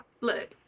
Look